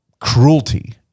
cruelty